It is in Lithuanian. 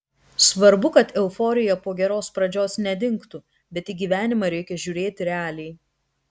svarbu kad euforija po geros pradžios nedingtų bet į gyvenimą reikia žiūrėti realiai